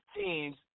teams